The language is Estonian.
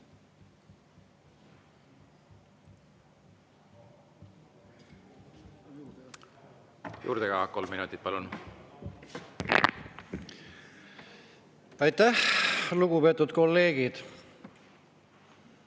Aitäh! Lugupeetud kolleegid!